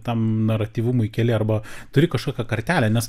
tam naratyvumui keli arba turi kažkokią kartelę nes